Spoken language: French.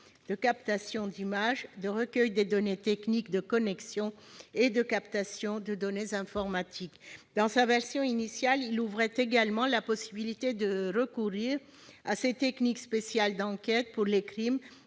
de captation d'images, de recueil des données techniques de connexion et de captation de données informatiques. Dans sa version initiale, il ouvrait également la possibilité de recourir à ces techniques spéciales d'enquête pour les crimes,